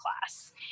class